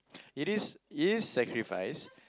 it is it is sacrifice